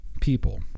people